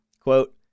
Quote